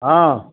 हँ